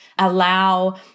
allow